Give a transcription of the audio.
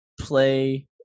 play